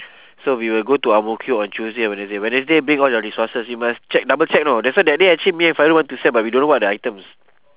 so we will go to ang mo kio on tuesday and wednesday wednesday bring all your resources you must check double check you know that's why that day actually me and fairul want to send but we don't know what are the items